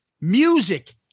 music